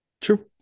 True